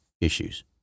issues